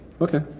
Okay